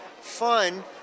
fun